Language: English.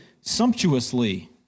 sumptuously